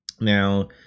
Now